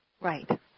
Right